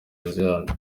josiane